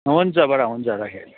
हुन्छ बडा हुन्छ राखेँ अहिले